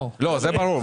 לא, זה ברור.